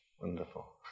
Wonderful